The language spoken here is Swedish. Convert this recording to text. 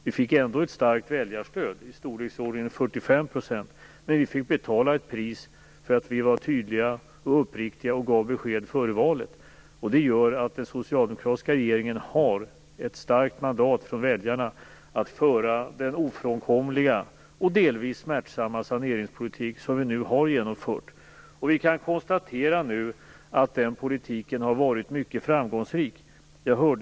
Ändå fick vi ett starkt väljarstöd - i storleksordningen 45 %- men vi fick betala ett pris för att vi var tydliga och uppriktiga och gav besked före valet. Det gör att den socialdemokratiska regeringen har ett starkt mandat från väljarna att föra den ofrånkomliga och delvis smärtsamma saneringspolitik som vi nu genomfört. Vi kan nu konstatera att den politiken har varit mycket framgångsrik.